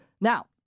Now